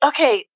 Okay